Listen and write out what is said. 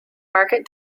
market